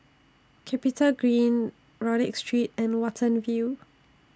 Capitagreen Rodyk Street and Watten View